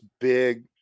big